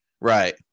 Right